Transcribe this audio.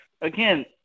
Again